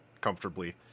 comfortably